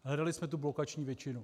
Hledali jsme tu blokační většinu.